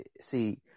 see